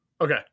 Okay